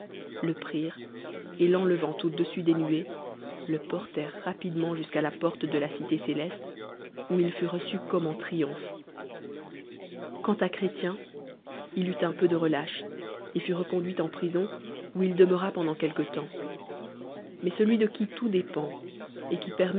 le prirent et l'enlevant au-dessus des nuées le pol lèreljt topidemedt jusqu la orte de la cité e où hiuueçu comme en triomphe quant à chrétien il eut un peu de relâche et fut recoocluit en prila où il demeura'pendant quelque temps mais celui de qui tout dépend et qui